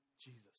Jesus